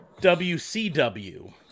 WCW